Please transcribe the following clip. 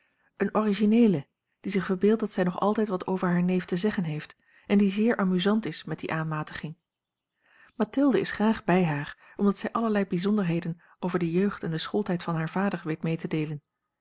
eene origineele die zich verbeeldt dat zij nog altijd wat over haar neef te zeggen heeft en die zeer amusant is met die aanmatiging mathilde is graag bij haar omdat zij allerlei bijzonderheden over de jeugd en den schooltijd van haar vader weet mee te deelen